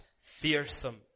Fearsome